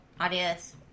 Adios